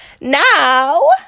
Now